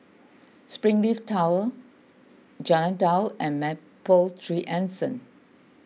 Springleaf Tower Jalan Daud and Mapletree Anson